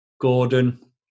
gordon